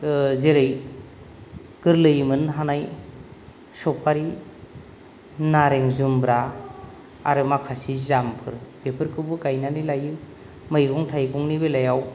जेरै गोरलैयै मोननो हानाय स'फारि नारें जुम्ब्रा आरो माखासे जामफोर बेफोरखौबो गायनानै लायो मैगं थायगंनि बेलायाव